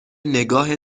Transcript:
نگاه